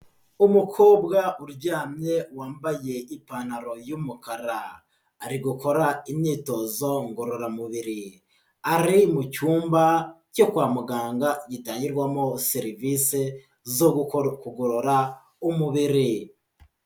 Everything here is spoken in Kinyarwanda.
Umukobwa uryamye wambaye ipantaro y'umukara ari gukora imyitozo ngororamubiri, ari mu cyumba cyo kwa muganga gitangirwamo serivise zo gukora, kugorora umubiri.